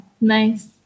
Nice